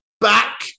back